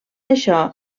això